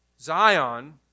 Zion